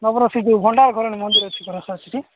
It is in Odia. ତୁମର ସେ ଯୋଉ ଭଣ୍ଡା ଘରଣୀ ମନ୍ଦିର ଅଛି ପରା ସାର୍ ସେଠି